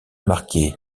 marqué